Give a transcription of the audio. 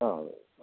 ആ അതെ ആ